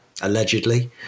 allegedly